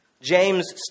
James